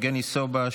יבגני סובה,